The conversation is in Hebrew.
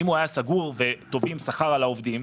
אם הוא היה סגור ותובעים שכר על העובדים,